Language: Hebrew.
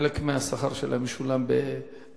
חלק מהשכר שלהם משולם בדולרים,